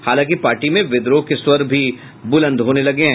हालांकि पार्टी में विद्रोह के स्वर बुलंद होने लगे हैं